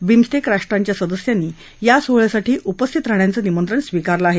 BIMSTEC राष्ट्रांच्या सदस्यांनी या सोहळ्यासाठी उपस्थित राहण्याचं निमंत्रण स्वीकारलं आहे